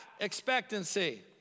expectancy